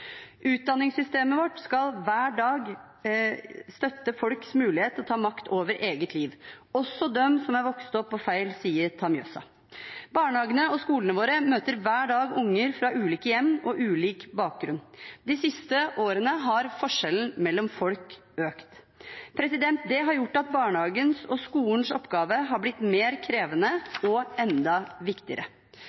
Utdanningssystemet vårt skal hver dag støtte folks mulighet til å ta makt over eget liv – også dem som er vokst opp «på feil sie ta Mjøsa». Barnehagene og skolene våre møter hver dag unger fra ulike hjem og ulik bakgrunn. De siste årene har forskjellene mellom folk økt. Det har gjort at barnehagen og skolens oppgave har blitt mer krevende og enda viktigere.